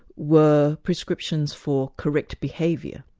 were prescriptions for correct behaviour,